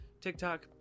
TikTok